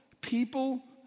people